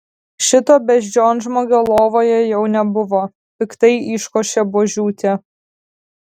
šito beždžionžmogio lovoje jau nebuvo piktai iškošė buožiūtė